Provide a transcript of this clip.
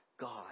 God